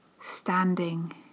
standing